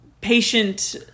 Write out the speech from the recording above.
patient